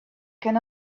can